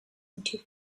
into